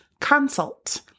consult